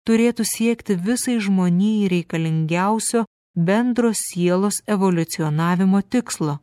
turėtų siekti visai žmonijai reikalingiausio bendro sielos evoliucionavimo tikslo